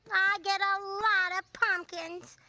get a lot of pumpkins.